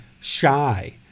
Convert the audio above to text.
shy